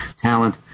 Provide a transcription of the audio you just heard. talent